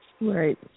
Right